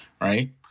right